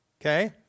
Okay